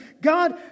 God